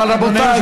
אבל רבותיי,